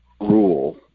rule